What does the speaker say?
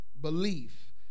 belief